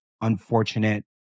unfortunate